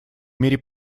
мире